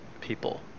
people